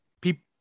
people